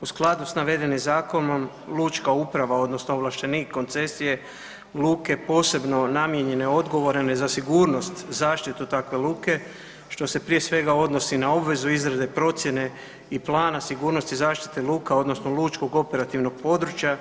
U skladu sa navedenim zakonom Lučka uprava, odnosno ovlaštenik koncesije luke posebno namijenjene odgovorene za sigurnost zaštitu takve luke što se prije svega odnosi na obvezu izrade procjene i plana sigurnosti zaštite luka odnosno lučkog operativnog područja,